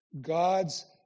God's